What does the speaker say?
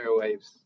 airwaves